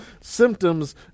symptoms